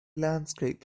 landscape